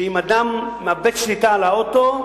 שאם אדם מאבד שליטה על האוטו,